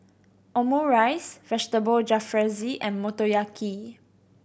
Omurice Vegetable Jalfrezi and Motoyaki